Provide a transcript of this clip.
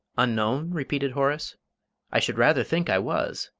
unknown? repeated horace i should rather think i was!